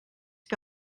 que